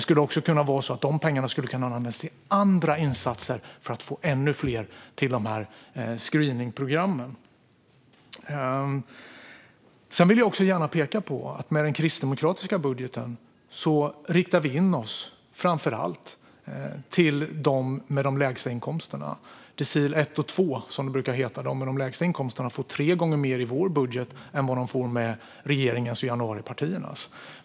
De här pengarna skulle också kunna användas till andra insatser för att få ännu fler till screeningprogrammen. Jag vill också gärna peka på att vi med den kristdemokratiska budgeten framför allt riktar in oss på dem med de lägsta inkomsterna, decil 1 och 2, som det brukar heta. De som har de lägsta inkomsterna får tre gånger mer i vår budget än de får med regeringens och januaripartiernas.